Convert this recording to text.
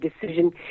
decision